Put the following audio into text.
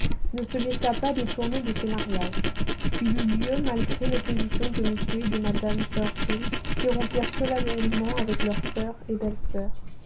ne se laissa pas détourner de ce mariage il eut lieu malgré l'opposition de m et de mme churchill qui rompirent solennellement avec leur sœur et belle-sœur